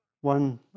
one